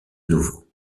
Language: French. nouveau